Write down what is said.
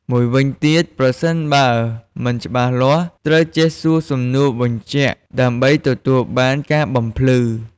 មួយវិញទៀត ប្រសិនបើមិនច្បាស់លាស់ ត្រូវចេះសួរសំណួរបញ្ជាក់ដើម្បីទទួលបានការបំភ្លឺ។